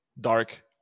dark